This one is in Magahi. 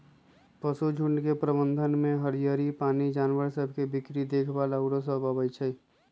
पशुझुण्ड के प्रबंधन में हरियरी, पानी, जानवर सभ के बीक्री देखभाल आउरो सभ अबइ छै